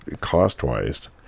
cost-wise